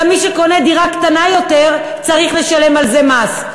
גם מי שקונה דירה קטנה יותר צריך לשלם מס.